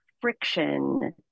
friction